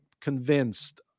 convinced